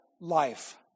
life